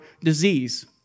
disease